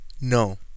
No